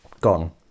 gone